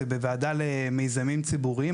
זה בוועדה למיזמים ציבוריים,